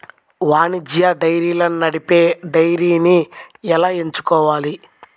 వాణిజ్య డైరీలను నడిపే డైరీని ఎలా ఎంచుకోవాలి?